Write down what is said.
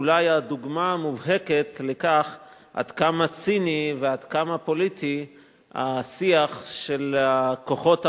אולי הדוגמה המובהקת לעד כמה ציני ועד כמה פוליטי השיח של "כוחות האור"